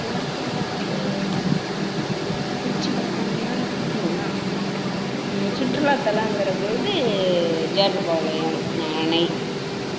கிழக்குலாம் திருச்சி பக்கலாம் போதுமா சுற்றுலாத்தலங்கிறபொழுது ஜேடர் பாளையம் ந அணை